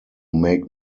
make